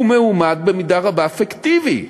הוא מועמד במידה רבה פיקטיבי,